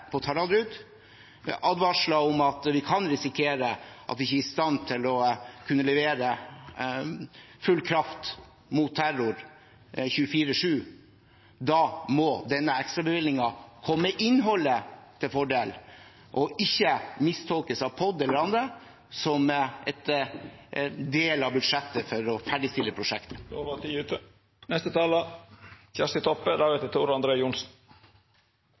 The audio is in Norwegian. på Taraldrud – advarsler om at vi kan risikere at vi ikke er i stand til å kunne levere full kraft mot terror 24/7. Da må denne ekstrabevilgningen komme til fordel for innholdet og ikke mistolkes av POD eller andre som en del av budsjettet for å ferdigstille prosjektet.